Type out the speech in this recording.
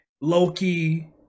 Loki